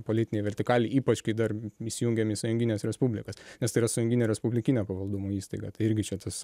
politinėj vertikalėj ypač kai dar įsijungiam į sąjungines respublikas nes tai yra sąjunginio respublikinio pavaldumo įstaiga tai irgi čia tas